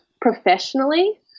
professionally